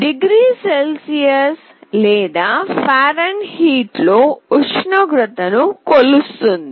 degree Celsius లేదా Fahrenheit లో ఉష్ణోగ్రత ను కొలుస్తుంది